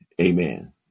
amen